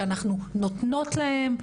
שאנחנו "נותנות" להם,